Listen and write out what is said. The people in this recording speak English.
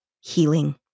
healing